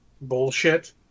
bullshit